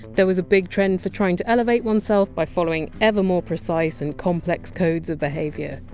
there was a big trend for trying to elevate oneself by following ever more precise and complex codes of behaviour.